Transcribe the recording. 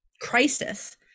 crisis